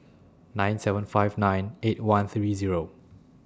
nine seven five nine eight one three Zero